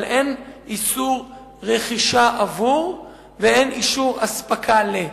אבל אין איסור רכישה עבור ואין איסור אספקה ל-,